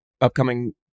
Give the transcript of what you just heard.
upcoming